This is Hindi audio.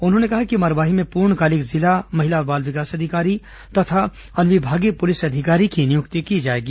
उन्होंने कहा कि मरवाही में पूर्णकालिक जिला महिला और बाल विकास अधिकारी तथा अनुविभागीय पुलिस अधिकारी की नियुक्ति की जाएगी